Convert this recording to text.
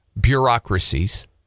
bureaucracies